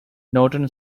norton